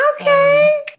Okay